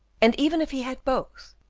and even if he had both,